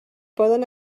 poden